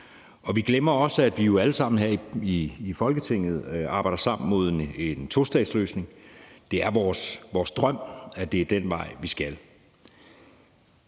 og vi glemmer også, at vi jo alle sammen her i Folketinget arbejder sammen frem mod en tostatsløsning. Det er vores drøm, at det er den vej, vi skal.